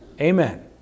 Amen